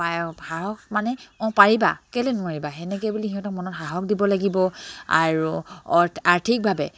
সাহস মানে অঁ পাৰিবা কেলে নোৱাৰিবা সেনেকে বুলি সিহঁতক মনত সাহস দিব লাগিব আৰু আৰ্থিকভাৱে